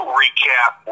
recap